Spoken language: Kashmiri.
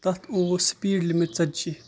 تَتھ اوس سپیٖڈ لِمِٹ ژَتجی